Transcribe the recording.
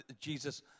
Jesus